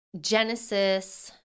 Genesis